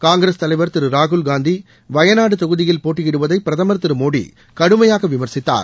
காங்கிரஸ் தலைவர் திரு ராகுல் காந்தி வயநாடு தொகுதியில் போட்டியிடுவதை பிரதமர் திரு மோடி கடுமையாக விமர்சித்தார்